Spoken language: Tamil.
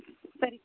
ம் சரி